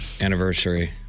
Anniversary